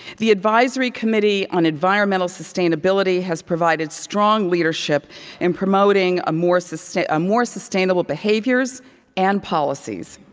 the advisory committee on environmental sustainability has provided strong leadership in promoting more sustainable more sustainable behaviors and policies.